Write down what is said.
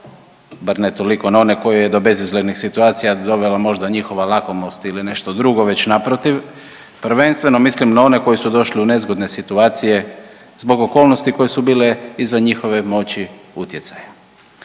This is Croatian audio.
bar ne toliko, na one koje je do bezizglednih situacije dovela možda njihova lakomost ili nešto drugo već naprotiv prvenstveno mislim na one koji su došli u nezgodne situacije zbog okolnosti koje su bile izvan njihove moći utjecaja,